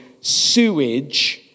sewage